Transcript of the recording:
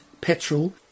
petrol